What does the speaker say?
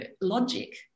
logic